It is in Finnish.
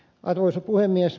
arvoisa puhemies